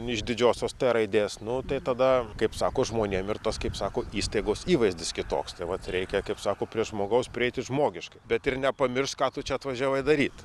iš didžiosios t raidės nu tai tada kaip sako žmonėm ir tas kaip sako įstaigos įvaizdis kitoks tai vat reikia kaip sako prie žmogaus prieiti žmogiškai bet ir nepamiršt ką tu čia atvažiavai daryt